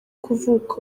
kuvuka